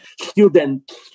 students